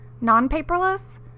Non-paperless